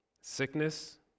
sickness